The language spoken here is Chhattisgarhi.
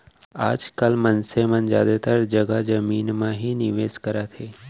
आज काल मनसे मन जादातर जघा जमीन म ही निवेस करत हे